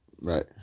Right